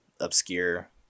obscure